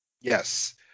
Yes